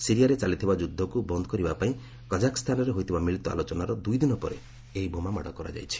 ସିରିଆରେ ଚାଲିଥିବା ଯୁଦ୍ଧକୁ ବନ୍ଦ୍ କରିବାପାଇଁ କାକାଖସ୍ଥାନରେ ହୋଇଥିବା ମିଳିତ ଆଲୋଚନାର ଦୁଇ ଦିନ ପରେ ଏହି ବୋମାମାଡ଼ କରାଯାଇଛି